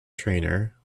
trainer